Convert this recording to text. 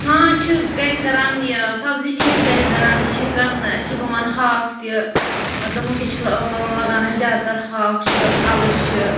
ہاں أسۍ چھِ گَرِ کَران یہِ سبزی چھِ أسۍ گَرِ کَران أسۍ چھِ ہٮ۪کان أسۍ چھِ رُوان ہاکھ تہِ مطلب وٕنکٮ۪س چھِ مطلب لَگان أسۍ زیادٕ تر ہاکھ چھُ اَلہٕ چھِ